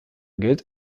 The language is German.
gilt